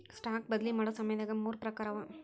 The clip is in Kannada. ಸ್ಟಾಕ್ ಬದ್ಲಿ ಮಾಡೊ ಸಮಯದಾಗ ಮೂರ್ ಪ್ರಕಾರವ